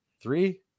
Three